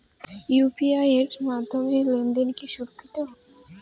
UPI এর মাধ্যমে লেনদেন কি সুরক্ষিত?